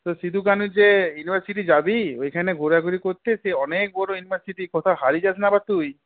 তো সিধু কানহু যে ইউনিভার্সিটি যাবি ওইখানে ঘোরাঘুরি করতে সে অনেক বড় ইউনিভার্সিটি কোথাও হারিয়ে যাস না আবার তুই